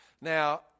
Now